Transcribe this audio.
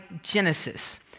Genesis